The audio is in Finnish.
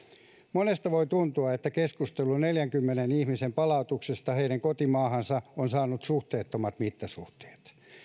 monesta voi tuntua että keskustelu neljänkymmenen ihmisen palautuksesta heidän kotimaahansa on saanut suhteettomat mittasuhteet